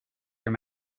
your